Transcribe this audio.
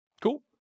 Cool